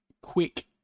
quick